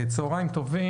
סעיף 44(א) צוהריים טובים.